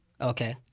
okay